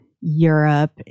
Europe